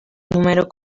número